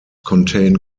contain